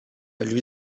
lui